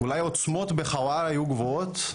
אולי העוצמות בחווארה היו גבוהות,